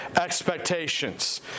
expectations